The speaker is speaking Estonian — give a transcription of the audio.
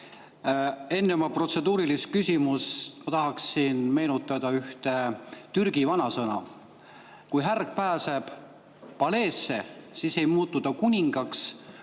Enne oma protseduurilist küsimust ma tahaksin meenutada ühte Türgi vanasõna: kui härg pääseb paleesse, siis ei muutu ta kuningaks,